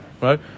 Right